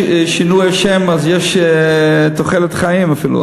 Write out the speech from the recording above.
בדרך כלל בשינוי השם יש תוחלת חיים אפילו,